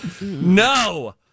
No